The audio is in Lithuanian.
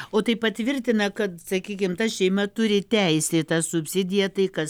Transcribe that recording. o tai patvirtina kad sakykim ta šeima turi teisę į tą subsidiją tai kas